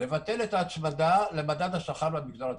לבטל את ההצמדה למדד השכר במגזר הציבורי,